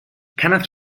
kenneth